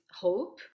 hope